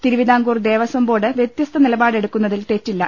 തിരുവിതാം കൂർ Devaswom board വൃത്യസ്ത നിലപാട് എടുക്കുന്നതിൽ തെറ്റില്ല